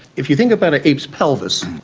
if you think about an ape's pelvis,